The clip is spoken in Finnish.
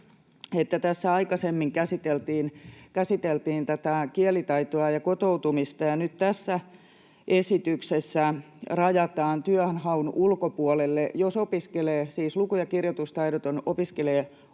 tässä aikaisemmin käsiteltiin kielitaitoa ja kotoutumista ja nyt tässä esityksessä rajataan työnhaun ulkopuolelle, jos luku‑ ja kirjoitustaidoton opiskelee omaehtoisesti.